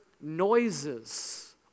noises